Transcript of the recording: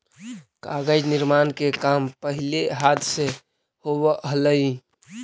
कागज निर्माण के काम पहिले हाथ से होवऽ हलइ